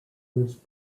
was